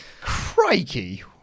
Crikey